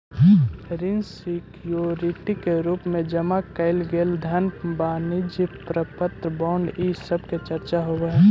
ऋण सिक्योरिटी के रूप में जमा कैइल गेल धन वाणिज्यिक प्रपत्र बॉन्ड इ सब के चर्चा होवऽ हई